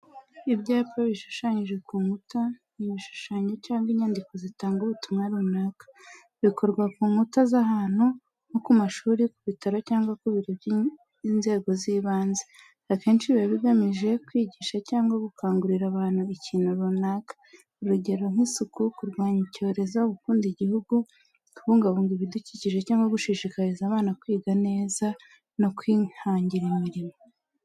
Ibyapa bishushanwa ku nkuta ni ibishushanyo cyangwa inyandiko zitanga ubutumwa runaka, bikorwa ku nkuta z'ahantu nko ku mashuri, ku bitaro cyangwa ku biro by'inzego z'ibanze. Akenshi biba bigamije kwigisha cyangwa gukangurira abantu ikintu runaka, urugero nk'isuku, kurwanya icyorezo, gukunda igihugu, kubungabunga ibidukikije cyangwa gushishikariza abana kwiga neza no kwihangira imirimo.